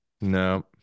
No